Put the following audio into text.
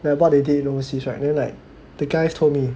then what they did in overseas right then the guys told me